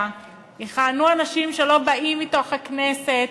יכהנו אנשים שלא באים מתוך הכנסת,